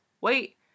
wait